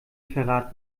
verrat